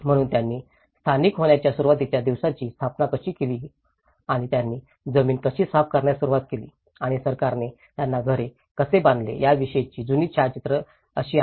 म्हणूनच त्यांनी स्थायिक होण्याच्या सुरुवातीच्या दिवसांची स्थापना कशी केली आणि त्यांनी जमीन कशी साफ करण्यास सुरवात केली आणि सरकारने त्यांना घर कसे बांधले याविषयीची जुनी छायाचित्रे अशी आहेत